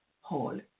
hall